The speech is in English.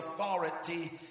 authority